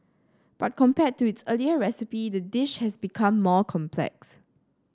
but compared to its earlier recipe the dish has become more complex